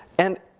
and,